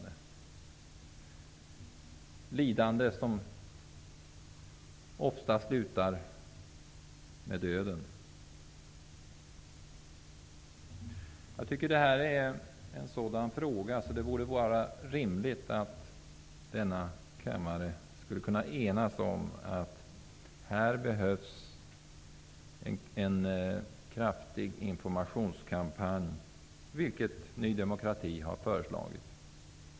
Det är ett lidande som ofta slutar med döden. Jag tycker att det vore rimligt om denna kammare skulle kunna enas om att det behövs en kraftig informationskampanj, vilket Ny demokrati har föreslagit.